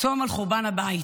צום על חורבן הבית,